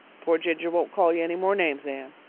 poor ginger won't call you any more names, anne,